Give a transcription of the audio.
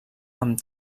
amb